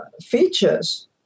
features